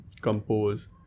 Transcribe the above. compose